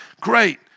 Great